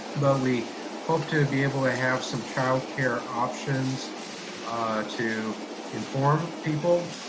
but we hope to be able to have some childcare options to inform people.